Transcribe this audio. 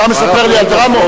אתה מספר לי על דרמות?